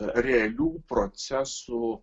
realių procesų